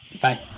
Bye